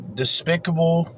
despicable